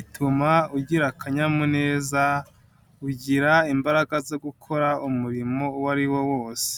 ituma ugira akanyamuneza, ugira imbaraga zo gukora umurimo uwo ariwo wose.